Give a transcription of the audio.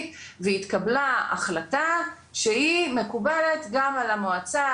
והתקבלה החלטה שהיא מקובלת גם על המועצה,